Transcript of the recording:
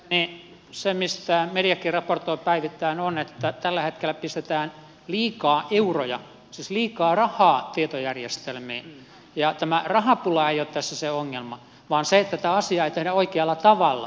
ymmärtääkseni se mistä mediakin raportoi päivittäin on se että tällä hetkellä pistetään liikaa euroja siis liikaa rahaa tietojärjestelmiin ja tämä rahapula ei ole tässä se ongelma vaan se että tätä asiaa ei tehdä oikealla tavalla